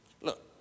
Look